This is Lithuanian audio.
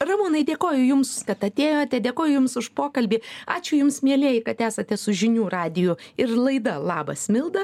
ramūnai dėkoju jums kad atėjote dėkoju jums už pokalbį ačiū jums mielieji kad esate su žinių radiju ir laida labas milda